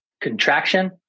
contraction